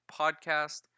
podcast